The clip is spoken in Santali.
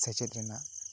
ᱥᱮᱪᱮᱫ ᱨᱮᱱᱟᱜ